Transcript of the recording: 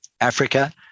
Africa